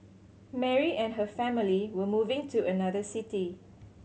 Mary and her family were moving to another city